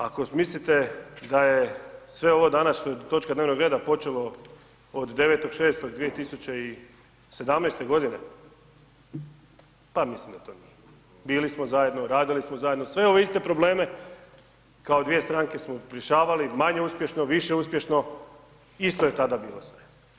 Ako mislite da je sve ovo danas, točka dnevno reda počelo od 9.6.2017. godine, pa mislim da to nije, bili smo zajedno, radili smo zajedno, sve ove iste probleme kao dvije stranke smo rješavali, manje uspješno, više uspješno, isto je tada bilo sve.